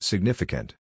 Significant